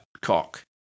cock